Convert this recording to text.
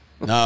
No